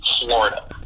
Florida